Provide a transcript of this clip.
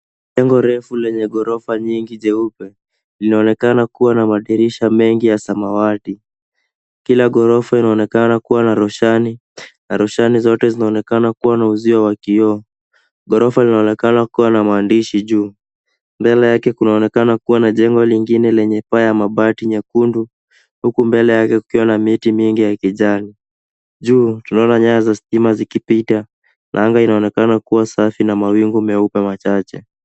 Jengo refu lenye ghorofa nyingi jeupe linaonekana kuwa na madirisha mengi ya samawati. Kila ghorofa inaonekana kuwa na roshani na roshani zote zinaonekana kuwa na uzio wa kioo. Ghorofa linaonekana kuwa na maandishi juu. Mbele yake kunaonekana kuwa na jengo lingine lenye paa ya mabati nyekundu huku mbele yake kukiwa na miti mingi ya kijani. Juu tunaona nyaya za stima zikipita na anga inaonekana kuwa safi na mawingu meupe machache.